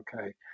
Okay